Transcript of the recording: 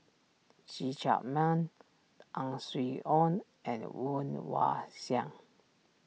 See Chak Mun Ang Swee Aun and Woon Wah Siang